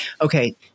Okay